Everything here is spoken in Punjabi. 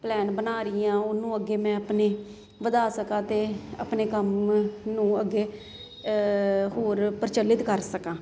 ਪਲੈਨ ਬਣਾ ਰਹੀ ਹਾਂ ਉਹਨੂੰ ਅੱਗੇ ਮੈਂ ਆਪਣੇ ਵਧਾ ਸਕਾਂ ਅਤੇ ਆਪਣੇ ਕੰਮ ਨੂੰ ਅੱਗੇ ਹੋਰ ਪ੍ਰਚਲਿਤ ਕਰ ਸਕਾਂ